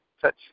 touch